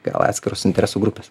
gal atskiros interesų grupės